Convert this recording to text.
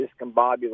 discombobulated